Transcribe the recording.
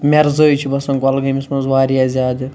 میٚرزٲے چھِ بَسان کۄلگٲمِس منٛز واریاہ زیادٕ